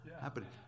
happening